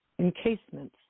encasements